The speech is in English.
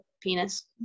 penis